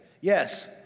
Yes